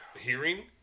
hearing